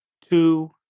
two